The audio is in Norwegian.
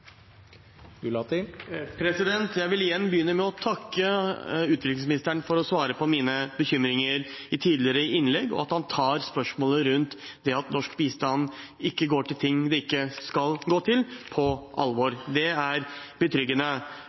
Gulati. Jeg vil igjen begynne med å takke utviklingsministeren for å svare på mine bekymringer i tidligere innlegg, og at han tar spørsmålet om at norsk bistand går til ting det ikke skal gå til, på alvor. Det er